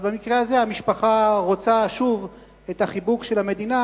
במקרה הזה המשפחה רוצה שוב את החיבוק של המדינה,